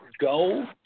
go